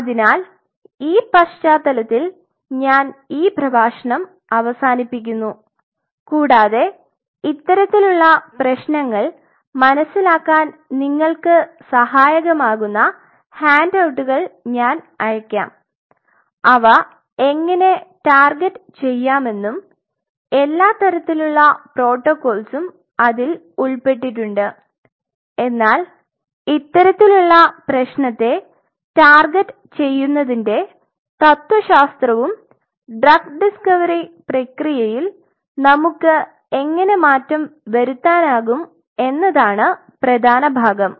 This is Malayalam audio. അതിനാൽ ഈ പശ്ചാത്തലത്തിൽ ഞാൻ ഈ പ്രഭാഷണം അവസാനിപ്പിക്കുന്നു കൂടാതെ ഇത്തരത്തിലുള്ള പ്രശ്നങ്ങൾ മനസിലാക്കാൻ നിങ്ങൾക്ക് സഹായകമാക്കുന്ന ഹാൻഡ്ഔട്ടുകൾ ഞാൻ അയക്കാം അവ എങ്ങനെ ടാർഗെറ്റുചെയ്യാമെന്നും എല്ലാ തരത്തിലുള്ള പ്രോട്ടോക്കോൾസും അതിൽ ഉൾപ്പെട്ടിട്ടുണ്ട് എന്നാൽ ഇത്തരത്തിലുള്ള പ്രശ്നത്തെ ടാർഗെറ്റുചെയ്യുന്നതിന്റെ തത്വശാസ്ത്രവും ഡ്രഗ് ഡിസ്കവറി പ്രക്രിയയിൽ നമുക്ക് എങ്ങനെ മാറ്റം വരുത്താനാകും എന്നതാണ് പ്രധാന ഭാഗം